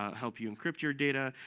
help you encrypt your data,